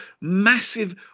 massive